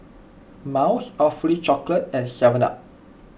Miles Awfully Chocolate and Seven Up